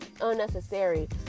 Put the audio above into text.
unnecessary